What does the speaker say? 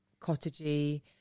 cottagey